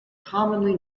commonly